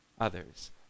others